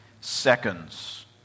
seconds